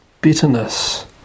bitterness